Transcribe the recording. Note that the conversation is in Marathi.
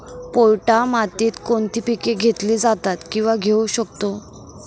पोयटा मातीत कोणती पिके घेतली जातात, किंवा घेऊ शकतो?